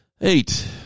Eight